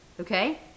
okay